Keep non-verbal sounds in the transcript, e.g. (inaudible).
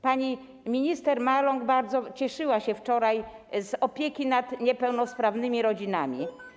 Pani minister Maląg bardzo cieszyła się wczoraj z opieki nad niepełnosprawnymi (noise) rodzinami.